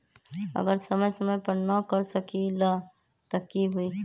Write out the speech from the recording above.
अगर समय समय पर न कर सकील त कि हुई?